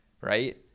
right